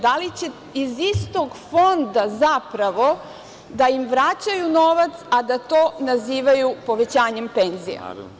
Da li će iz istog fonda zapravo da im vraćaju novac, a da to nazivaju povećanjem penzija?